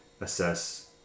assess